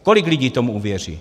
Kolik lidí tomu uvěří?